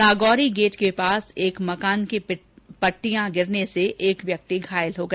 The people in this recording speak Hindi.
नागौरी गेट के पास एक मकान की पट्टियां गिरने से एक व्यक्ति घायल हो गया